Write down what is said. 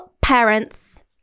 parents